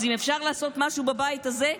אז אם אפשר לעשות משהו בבית הזה,